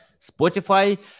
spotify